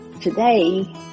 today